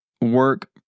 work